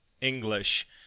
English